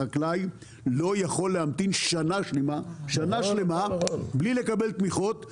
החקלאי לא יכול להמתין שנה שלמה בלי לקבל תמיכות,